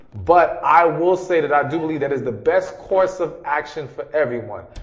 but i will say that i do believe that is the best course of action for everyone.